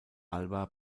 alba